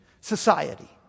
society